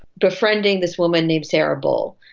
befriending this woman named sara bull.